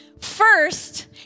First